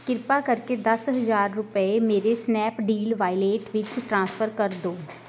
ਕਿਰਪਾ ਕਰਕੇ ਦਸ ਹਜ਼ਾਰ ਰੁਪਏ ਮੇਰੇ ਸਨੈਪਡੀਲ ਵਾਈਲੇਟ ਵਿੱਚ ਟ੍ਰਾਂਸਫਰ ਕਰ ਦਿਓ